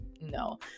no